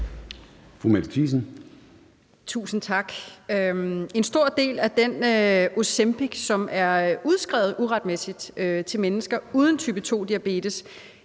Mette Thiesen (DF): Tusind tak. En stor del af den Ozempic, som er udskrevet uretmæssigt til mennesker uden type 2-diabetes,